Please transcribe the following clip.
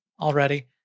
already